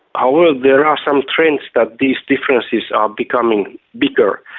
however, there are some trends that these differences are becoming bigger,